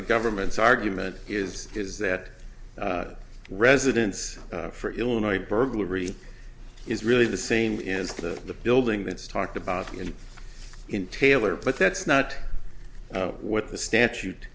the government's argument is is that residence for illinois burglary is really the same is the building that's talked about in in taylor but that's not what the